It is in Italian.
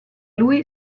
lui